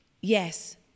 Yes